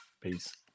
peace